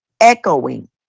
echoing